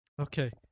Okay